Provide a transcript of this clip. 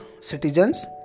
citizens